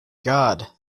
god